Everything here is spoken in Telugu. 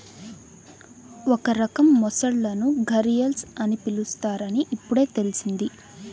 ఒక రకం మొసళ్ళను ఘరియల్స్ అని పిలుస్తారని ఇప్పుడే తెల్సింది